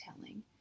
telling